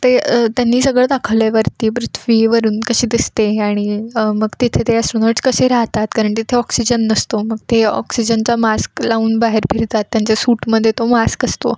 ते त्यांनी सगळं दाखवलं आहे वरती पृथ्वी वरून कशी दिसते आणि मग तिथे ते ॲस्ट्रॉनॉट्स कसे राहतात कारण तिथे ऑक्सिजन नसतो मग ते ऑक्सिजनचा मास्क लावून बाहेर फिरतात त्यांच्या सूटमध्ये तो मास्क असतो